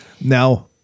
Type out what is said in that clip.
Now